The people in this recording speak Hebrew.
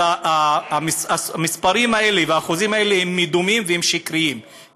אז השיעורים האלה הם מדומים ושקריים,